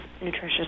nutritious